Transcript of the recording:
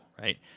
right